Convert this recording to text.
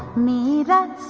me that